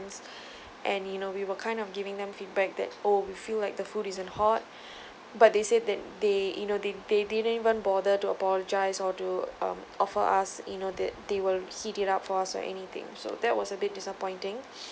and you know we were kind of giving them feedback that oh we feel like the food isn't hot but they said that they you know they they didn't even bother to apologize or to um offer us you know that they will heat it up for us or anything so that was a bit disappointing